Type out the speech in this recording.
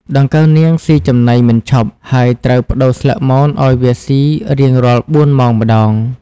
ដង្កូវនាងស៊ីចំណីមិនឈប់ ហើយត្រូវប្តូរស្លឹកមនឲ្យវាស៊ីរៀងរាល់ ៤ ម៉ោងម្តង។